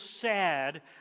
sad